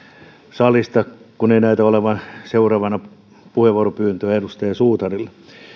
salista kun ei näytä olevan seuraavana puheenvuoropyyntöä edustaja suutarilla